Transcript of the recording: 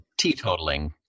teetotaling